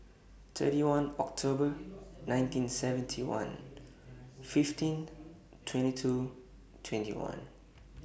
thirty one October nineteen seventy one fifteen twenty two twenty one